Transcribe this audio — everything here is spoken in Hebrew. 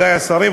אם יואב קיש,